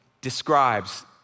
describes